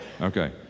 Okay